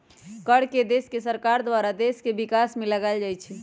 कर के देश के सरकार के द्वारा देश के विकास में लगाएल जाइ छइ